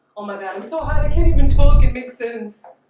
oh my god. i'm so hot. i can't even talk. it makes sense